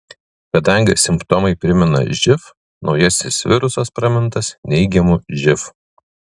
kadangi simptomai primena živ naujasis virusas pramintas neigiamu živ